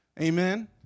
Amen